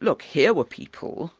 look, here were people